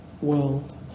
world